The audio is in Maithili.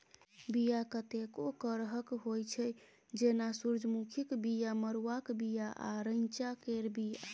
बीया कतेको करहक होइ छै जेना सुरजमुखीक बीया, मरुआक बीया आ रैंचा केर बीया